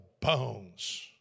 bones